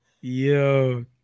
Yo